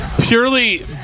purely